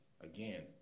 Again